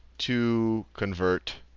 to convert